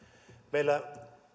meillä